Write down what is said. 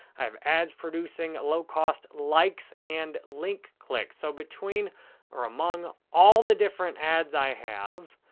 i have ad producing low cost likes and link clicks, so between or among all the different ads i have,